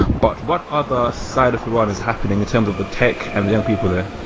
but what other side of iran is happening in terms of the tech and the young people there?